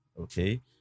okay